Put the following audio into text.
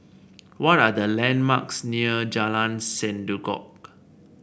what are the landmarks near Jalan Sendudok